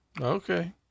Okay